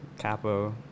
Capo